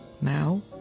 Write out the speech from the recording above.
Now